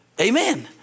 Amen